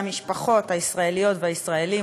לא רווחת החקלאים והמשפחות הישראליות והישראלים